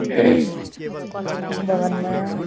बगानमा